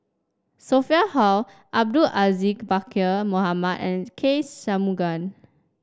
Sophia Hull Abdul Aziz Pakkeer Mohamed and K Shanmugam